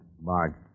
Mark